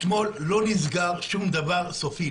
אתמול לא נסגר שום דבר סופית.